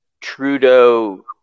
Trudeau